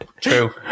True